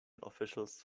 officials